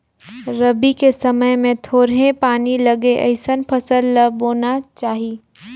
रबी के समय मे थोरहें पानी लगे अइसन फसल ल बोना चाही